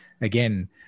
again